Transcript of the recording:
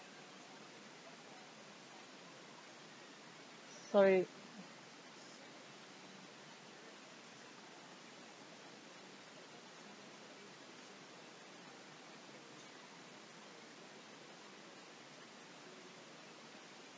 sorry